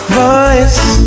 voice